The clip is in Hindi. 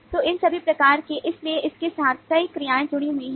तो इन सभी प्रकार के इसलिए इसके साथ कई क्रियाएं जुड़ी हुई हैं